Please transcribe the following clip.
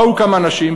באו כמה אנשים,